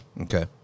Okay